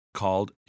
called